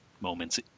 moments